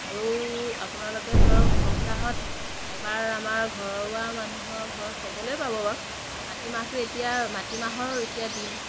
আৰু আপোনালোকে ধৰক সপ্তাহত এবাৰ আমাৰ ঘৰুৱা মানুহৰ ঘৰত সকলোৱে পাব বাৰু মাটিমাহটো এতিয়া মাটিমাহৰ এতিয়া দিন